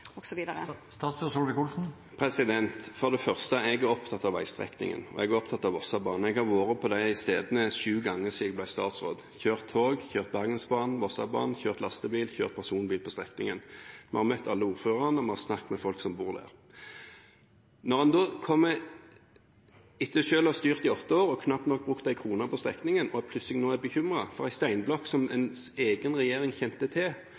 For det første: Jeg er opptatt av veistrekningen, og jeg er opptatt av Vossebanen. Jeg har vært på de stedene sju ganger siden jeg ble statsråd. Jeg har kjørt tog, Bergensbanen og Vossebanen, kjørt lastebil og kjørt personbil på strekningen. Vi har møtt alle ordførerne, og vi har snakket med folk som bor der. Når en da, etter selv å ha styrt i åtte år og knapt nok brukt én krone på strekningen, plutselig nå er bekymret for en steinblokk som ens egen regjering kjente til,